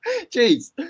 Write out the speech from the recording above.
Jeez